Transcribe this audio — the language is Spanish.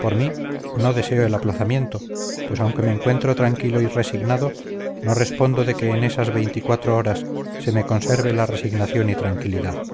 por mí no deseo el aplazamiento pues aunque me encuentro tranquilo y resignado no respondo de que en esas veinticuatro horas se me conserve la resignación y tranquilidad